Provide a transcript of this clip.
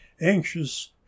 anxious